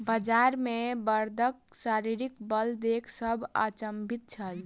बजार मे बड़दक शारीरिक बल देख सभ अचंभित छल